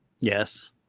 Yes